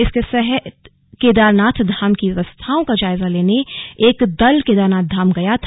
इसके तहत केदारनाथ धाम की व्यवस्थाओं को जायजा लेने एक दल केदारनाथ धाम गया था